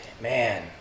man